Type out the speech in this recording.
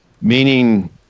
meaning